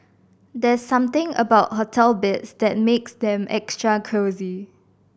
there's something about hotel beds that makes them extra cosy